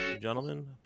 gentlemen